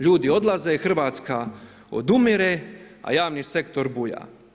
Ljudi odlaze, Hrvatska odumire a javni sektor buja.